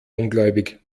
ungläubig